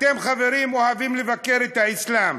אתם, חברים, אוהבים לבקר את האסלאם,